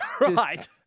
Right